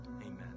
Amen